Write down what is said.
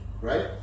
right